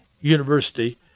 University